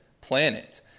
planet